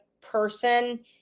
person